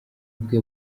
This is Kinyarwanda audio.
bwe